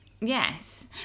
yes